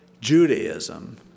Judaism